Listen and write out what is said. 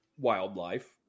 wildlife